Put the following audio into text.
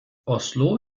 oslo